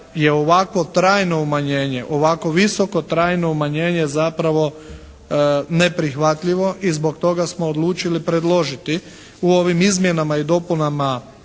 je ovako trajno umanjenje, ovako visoko trajno umanjenje zapravo neprihvatljivo i zbog toga smo odlučili predložiti u ovim izmjenama i dopunama